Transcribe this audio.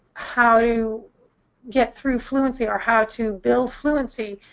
how to get through fluency, or how to build fluency,